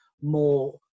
more